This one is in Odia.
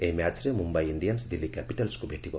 ଏହି ମ୍ୟାଚ୍ରେ ମୁମ୍ୟାଇ ଇଣ୍ଡିଆନ୍ସ ଦିଲ୍ଲୀ କ୍ୟାପିଟାଲ୍ମକୁ ଭେଟିବ